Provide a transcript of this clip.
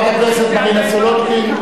חברת הכנסת מרינה סולודקין,